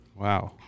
wow